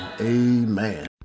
Amen